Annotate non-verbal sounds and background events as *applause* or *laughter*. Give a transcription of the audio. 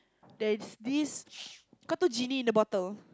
there is this *noise* genie in the bottle